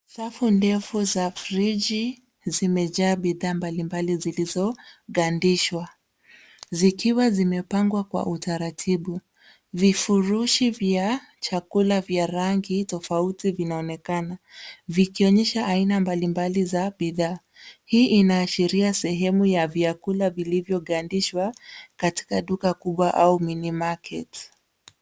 Safu ndefu za friji, zimejaa bidhaa mbalimbali zilizogandishwa, zikiwa zimepangwa kwa utaratibu, vifurushi vya chakula vya rangi tofauti, vinaonekana, vikionyesha aina mbalimbali za bidhaa. Hii inaashiria sehemu ya vyakula vilivyogandiswa, katika duka kubwa, au minimarket .